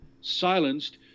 silenced